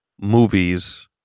movies